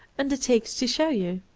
undertakes to show you.